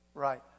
Right